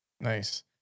Nice